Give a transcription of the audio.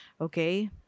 okay